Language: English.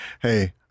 hey